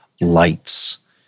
lights